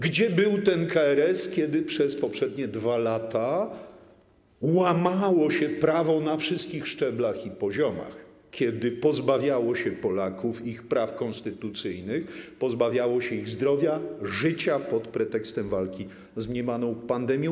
Gdzie był ten KRS, kiedy przez poprzednie 2 lata łamano prawo na wszystkich szczeblach i poziomach, kiedy pozbawiano Polaków ich praw konstytucyjnych, pozbawiano ich zdrowia, życia pod pretekstem walki z mniemaną pandemią?